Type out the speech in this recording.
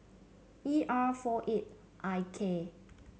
E R four eight I K